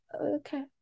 okay